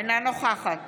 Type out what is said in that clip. נוכחת